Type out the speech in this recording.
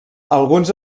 alguns